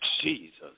Jesus